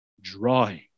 drawing